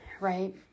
right